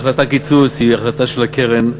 החלטת הקיצוץ היא החלטה של הקרן.